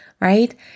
Right